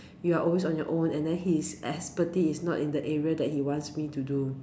you are always on your own and then his expertise is not in the area that he wants me to do